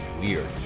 weird